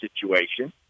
situation